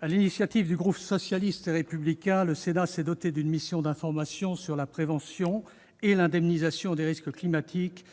sur l'initiative du groupe socialiste et républicain, le Sénat s'est doté d'une mission d'information sur la prévention et l'indemnisation des risques climatiques,